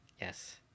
yes